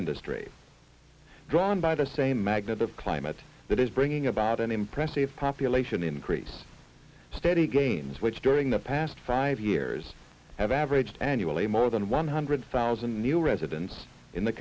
industry drawn by the same magnet of climate that is bringing about an impressive population increase steady gains which during the past five years have averaged annually more than one hundred thousand new residents in the